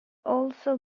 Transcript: also